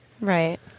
Right